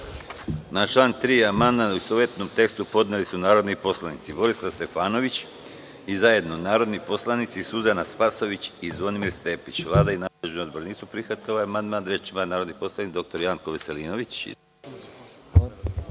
Na član 3. amandman u istovetnom tekstu podneli su narodni poslanici Borislav Stefanović i zajedno narodni poslanici Suzana Spasojević i Zvonimir Stepić. Vlada i nadležni odbor nisu prihvatili ovaj amandman. Reč ima narodni poslanik dr Janko Veselinović.